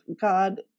God